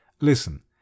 Listen